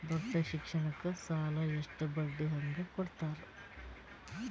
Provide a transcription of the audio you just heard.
ದೊಡ್ಡ ಶಿಕ್ಷಣಕ್ಕ ಸಾಲ ಎಷ್ಟ ಬಡ್ಡಿ ಹಂಗ ಕೊಡ್ತಾರ?